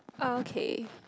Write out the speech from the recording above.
okay